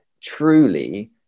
truly